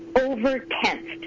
over-tensed